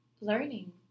learning